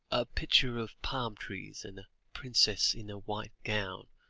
a picture of palm-trees, and princess in a white gown,